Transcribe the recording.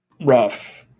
rough